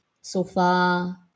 sofa